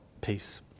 peace